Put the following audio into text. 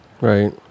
right